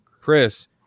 Chris